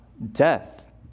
death